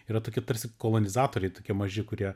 yra tokie tarsi kolonizatoriai tokie maži kurie